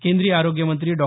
केंद्रीय आरोग्य मंत्री डॉ